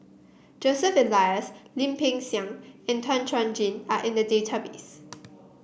Joseph Elias Lim Peng Siang and Tan Chuan Jin are in the database